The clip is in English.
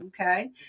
Okay